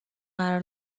قرار